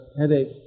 headache